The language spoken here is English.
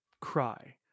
cry